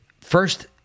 first